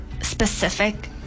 specific